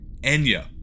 Enya